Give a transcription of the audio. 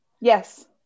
Yes